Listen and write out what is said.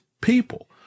people